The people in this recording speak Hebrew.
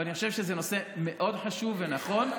ואני חושב שזה נושא מאוד חשוב ונכון.